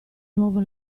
nuovo